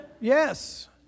Yes